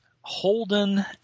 Holden